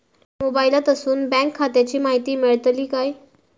मोबाईलातसून बँक खात्याची माहिती मेळतली काय?